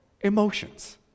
emotions